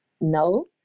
no